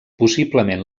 possiblement